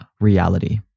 reality